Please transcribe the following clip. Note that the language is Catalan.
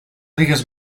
digues